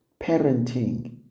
parenting